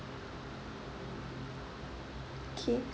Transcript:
okay